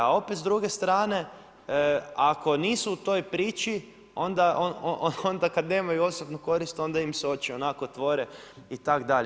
A opet s druge strane, ako nisu u toj priči, onda kada nemaju osobnu korist, onda im se oči onako otvore itd.